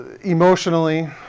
Emotionally